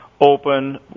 open